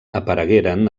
aparegueren